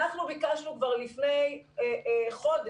אנחנו ביקשנו כבר לפני חודש,